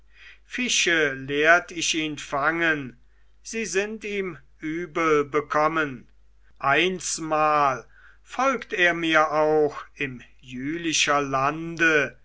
fische lehrt ich ihn fangen sie sind ihm übel bekommen einmal folgt er mir auch im jülicher lande